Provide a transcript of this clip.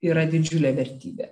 yra didžiulė vertybė